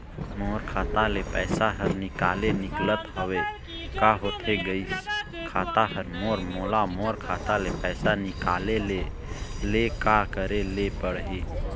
मोर खाता ले पैसा हर निकाले निकलत हवे, का होथे गइस खाता हर मोर, मोला मोर खाता ले पैसा निकाले ले का करे ले पड़ही?